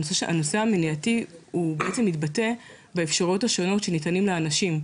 הנושא המניעתי הוא בעצם מתבטא באפשרויות השונות שניתנות לאנשים,